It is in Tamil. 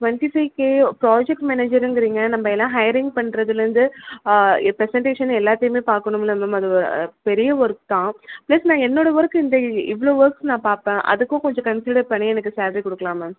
டுவெண்ட்டி ஃபைவ் கே ப்ராஜெக்ட் மேனேஜருங்கிறீங்க நம்ம எல்லாம் ஹையரிங் பண்ணுறதுல இருந்து ப்ரெசென்ட்டேஷன் எல்லாத்தையுமே பார்க்கணும்ல்ல மேம் அது வ பெரிய ஒர்க் தான் பிளஸ் நான் என்னோடய ஒர்க் இந்த இவ்வளோ ஒர்க்ஸ் நான் பார்ப்பேன் அதுக்கும் கொஞ்சம் கன்சிடர் பண்ணி எனக்கு சேல்ரி கொடுக்கலாம் மேம்